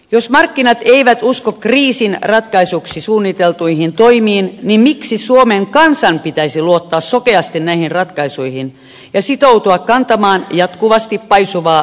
jos markkinat eivät usko kriisin ratkaisuksi suunniteltuihin toimiin niin miksi suomen kansan pitäisi luottaa sokeasti näihin ratkaisuihin ja sitoutua kantamaan jatkuvasti paisuvaa velkataakkaa